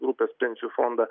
grupės pensijų fondą